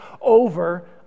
over